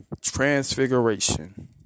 transfiguration